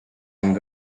end